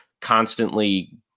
constantly